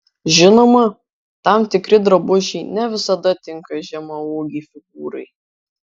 žinoma tam tikri drabužiai ne visada tinka žemaūgei figūrai